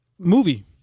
Movie